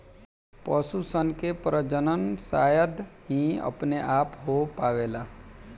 पशु सन के प्रजनन शायद ही अपने आप हो पावेला